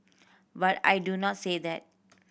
but I do not say that